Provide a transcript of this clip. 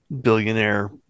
billionaire